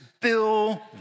Bill